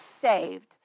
saved